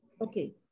Okay